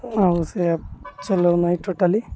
ଆଉ ସେ ଚଲଉ ନାହିଁ ଟୋଟାଲି